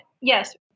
yes